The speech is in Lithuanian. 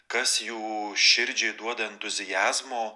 kas jų širdžiai duoda entuziazmo